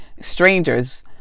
strangers